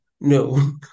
No